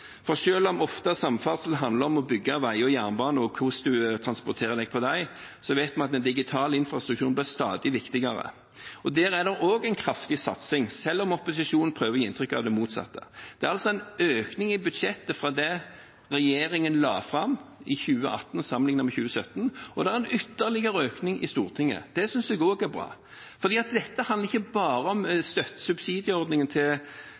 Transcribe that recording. For selv om samferdsel ofte handler om å bygge veier og jernbane og hvordan man transporterer seg på dem, vet vi at den digitale infrastrukturen blir stadig viktigere. Der er det også en kraftig satsing, selv om opposisjonen prøver å gi inntrykk av det motsatte. Det er en økning i budsjettet som regjeringen la fram for 2018 sammenlignet med 2017, og det er en ytterligere økning i Stortinget. Det synes jeg også er bra, for dette handler ikke bare om subsidieordningen til